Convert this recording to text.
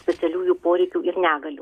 specialiųjų poreikių ir negalių